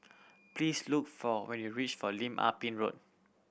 please look for when you reach for Lim Ah Pin Road